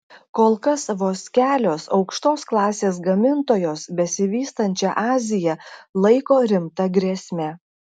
kol kas vos kelios aukštos klasės gamintojos besivystančią aziją laiko rimta grėsme